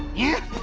it